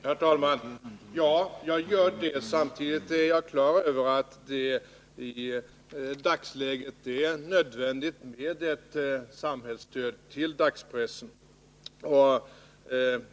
Herr talman! Ja, jag delar den uppfattningen. Samtidigt är jag klar över att det i dagsläget är nödvändigt med ett samhälleligt stöd till dagspressen.